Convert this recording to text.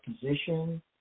position